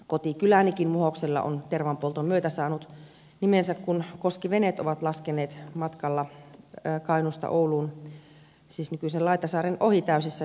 kotikylänikin muhoksella on tervanpolton myötä saanut nimensä kun koskiveneet ovat laskeneet matkalla kainuusta ouluun siis nykyisen laitasaaren ohi täysissä tervatynnyrilasteissaan